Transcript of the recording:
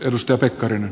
edustaja pekkarinen